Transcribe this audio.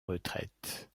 retraite